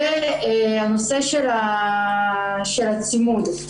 והנושא של הצימוד.